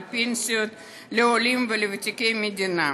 על פנסיות לעולים ולוותיקי המדינה.